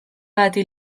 bati